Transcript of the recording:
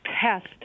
test